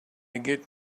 get